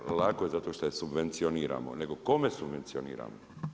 Lako je zato što je subvencioniramo, nego kome subvencioniramo?